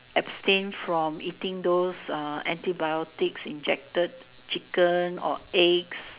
abstain from eating those antibiotics injected chicken or eggs